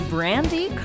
Brandy